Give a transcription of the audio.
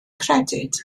credyd